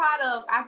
product